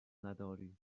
نداری